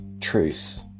truth